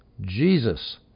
Jesus